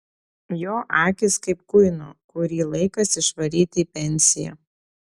jo akys kaip kuino kurį laikas išvaryti į pensiją